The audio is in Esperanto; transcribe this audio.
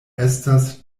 estas